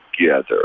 together